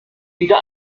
wieder